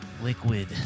liquid